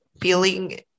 feeling